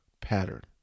pattern